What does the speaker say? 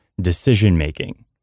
decision-making